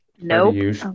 Nope